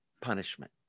punishment